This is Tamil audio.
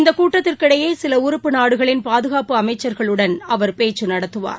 இந்தக் கூட்டத்திற்கிடையே சிலஉறுப்பு நாடுகளின் பாதுகாப்பு அமைச்சர்களுடன் அவர் பேச்சுநடத்துவார்